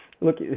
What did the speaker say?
Look